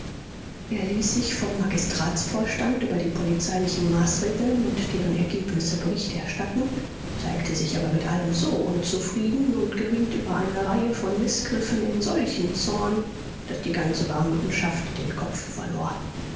er ließ sich vom magistratsvorstand über die polizeilichen maßregeln und deren ergebnisse bericht erstatten zeigte sich aber mit allem so unzufrieden und geriet über eine reihe von mißgriffen in solchen zorn daß die ganze beamtenschaft den kopf verlor